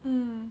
mm